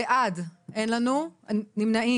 מי נמנע?